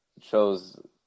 chose